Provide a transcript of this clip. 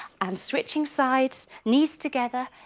and switching sides, knees together,